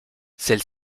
celle